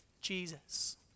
Jesus